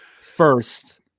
first